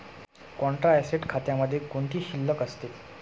Contra asset खात्यामध्ये कोणती शिल्लक असते?